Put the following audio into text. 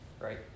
right